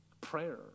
Prayer